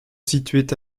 situait